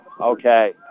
Okay